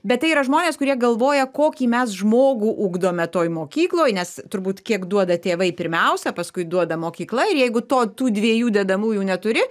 bet tai yra žmonės kurie galvoja kokį mes žmogų ugdome toj mokykloj nes turbūt kiek duoda tėvai pirmiausia paskui duoda mokykla ir jeigu to tų dviejų dedamųjų neturi